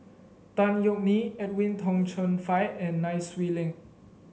Tan Yeok Nee Edwin Tong Chun Fai and Nai Swee Leng